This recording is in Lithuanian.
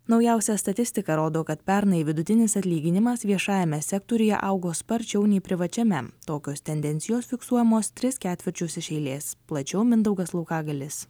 naujausia statistika rodo kad pernai vidutinis atlyginimas viešajame sektoriuje augo sparčiau nei privačiame tokios tendencijos fiksuojamos tris ketvirčius iš eilės plačiau mindaugas laukagalis